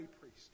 priest